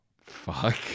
Fuck